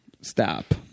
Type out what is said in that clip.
stop